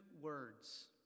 words